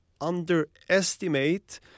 underestimate